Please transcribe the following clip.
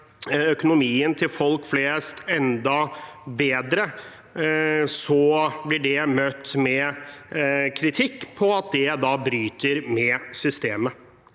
økonomien til folk flest enda bedre, blir det møtt med kritikk om at det bryter med systemet.